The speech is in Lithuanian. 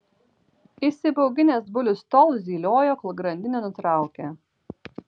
įsibauginęs bulius tol zyliojo kol grandinę nutraukė